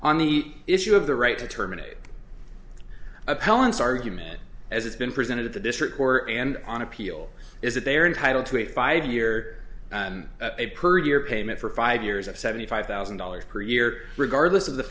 on the issue of the right to terminate appellant's argument as it's been presented at the district court and on appeal is that they are entitled to a five year and a per year payment for five years of seventy five thousand dollars per year regardless of the